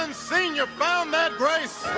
and sr, found that grace.